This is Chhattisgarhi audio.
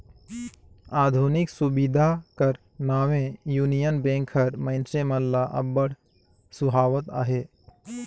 आधुनिक सुबिधा कर नावें युनियन बेंक हर मइनसे मन ल अब्बड़ सुहावत अहे